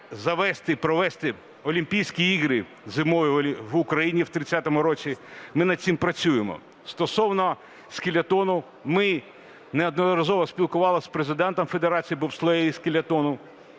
завезти і провести Олімпійські ігри зимові в Україні в 30-му році, ми над цим працюємо. Стосовно скелетону. Ми неодноразово спілкувались з президентом Федерації бобслею і скелетону,